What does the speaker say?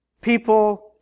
people